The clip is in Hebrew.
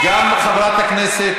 איך הכנסת,